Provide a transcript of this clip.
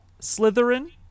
Slytherin